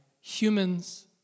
humans